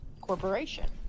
corporation